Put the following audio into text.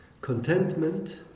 Contentment